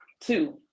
two